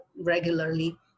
regularly